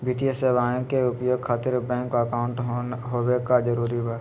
वित्तीय सेवाएं के उपयोग खातिर बैंक अकाउंट होबे का जरूरी बा?